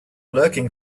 lurking